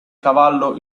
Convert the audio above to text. cavallo